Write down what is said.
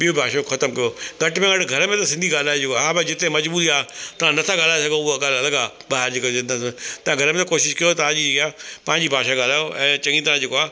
ॿियूं भाषाऊं खतम कयो घटि में घटि घर में त सिंधी ॻाल्हाइबो आहे हा भई जिते मजबूरी आहे तव्हां नथा ॻाल्हाइ सघो उहा ॻाल्हि अलॻि आहे ॿाहर जेका तव्हां घर में कोशिशि कयो था जी हीअं पंहिंजी भाषा खे ॻाल्हायो ऐं चङी तरह जेको आहे